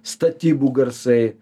statybų garsai